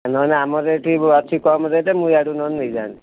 ନହେଲେ ଆମର ଏଇଠି ଅଛି କମ ରେଟ୍ ମୁଁ ଇଆଡ଼ୁ ନହେଲେ ନେଇଯାନ୍ତି